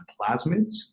plasmids